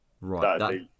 right